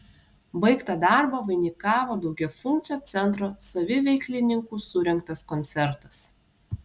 baigtą darbą vainikavo daugiafunkcio centro saviveiklininkų surengtas koncertas